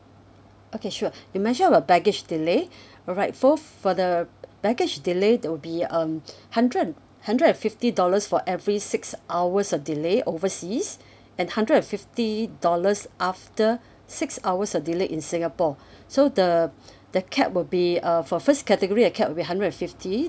okay sure you mentioned about baggage delay alright fo~ for the baggage delay there will be um hundred hundred and fifty dollars for every six hours of delay overseas and hundred and fifty dollars after six hours of delay in singapore so the the cap will be uh for first category the cap will be hundred and fifty